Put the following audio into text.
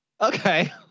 Okay